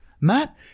Matt